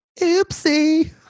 Oopsie